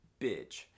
bitch